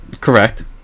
correct